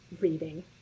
Reading